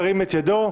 ירים את ידו.